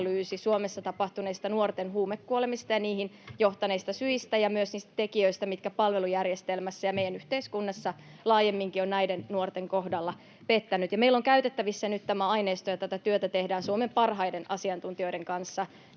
Suomessa tapahtuneista nuorten huumekuolemista ja niihin johtaneista syistä ja myös niistä tekijöistä, mitkä palvelujärjestelmässä ja meidän yhteiskunnassa laajemminkin ovat näiden nuorten kohdalla pettäneet. Meillä on käytettävissä nyt tämä aineisto, ja tätä työtä tehdään Suomen parhaiden asiantuntijoiden kanssa